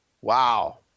Wow